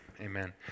amen